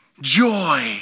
joy